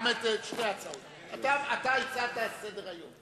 אתה הצעת, לסדר-היום.